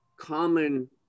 common